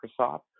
Microsoft